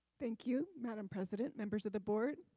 thank you madame president, members of the board,